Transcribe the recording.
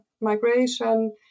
migration